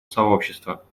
сообщества